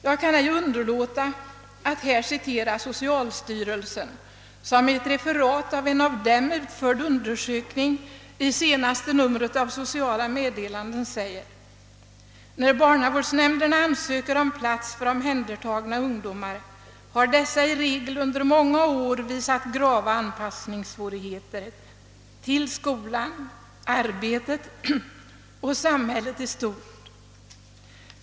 Jag kan inte underlåta att i detta sammanhang citera socialstyrelsen som i ett referat av en av styrelsen utförd undersökning i senaste numret av Sociala meddelanden skriver: »När barnavårdsnämnderna ansöker om plats för omhändertagna ungdomar har dessa i regel under många år visat grava anpassningssvårigheter till skolan, arbetet och samhället i stort.